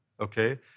okay